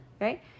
Right